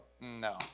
no